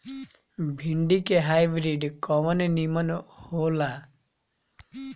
भिन्डी के हाइब्रिड कवन नीमन हो ला?